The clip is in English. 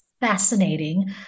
fascinating